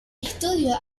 estudió